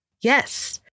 Yes